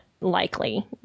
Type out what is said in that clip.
likely